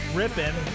ripping